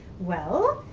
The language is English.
well,